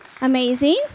amazing